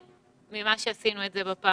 מה שראית זה המתווה